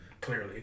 Clearly